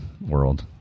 world